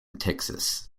texas